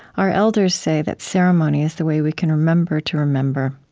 our elders say that ceremony is the way we can remember to remember.